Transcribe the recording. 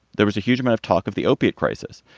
there was huge amount of talk of the opiate crisis,